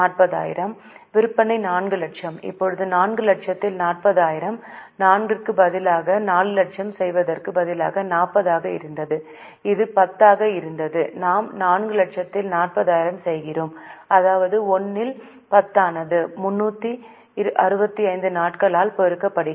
40000 விற்பனை 4 லட்சம் இப்போது 4 லட்சத்தில் 40000 4 க்கு பதிலாக 4 லட்சம் செய்வதற்கு பதிலாக 40 ஆக இருந்தது இது 10 ஆக இருந்தது நாம் 4 லட்சத்தில் 40000 செய்கிறோம் அதாவது 1 ஆல் 10 ஆனது 365 நாட்களால் பெருக்கப்படுகிறது